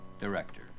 Director